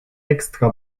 extra